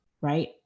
right